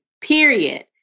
period